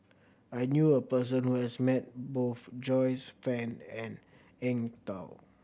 I knew a person who has met both Joyce Fan and Eng Tow